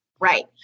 Right